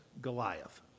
Goliath